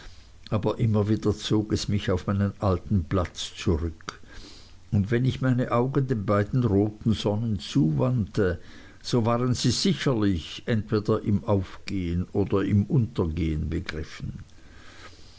aber immer wieder zog es mich auf meinen alten platz zurück und wenn ich meine augen den beiden roten sonnen zuwandte so waren sie sicherlich entweder im aufgehen oder im untergehen begriffen